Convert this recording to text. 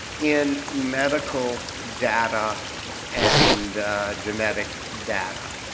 in medical data and genetic data.